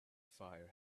fire